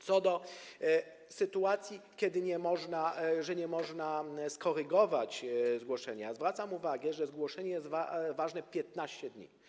Co do sytuacji, kiedy nie można skorygować zgłoszenia, to zwracam uwagę, że zgłoszenie jest ważne 15 dni.